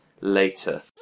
later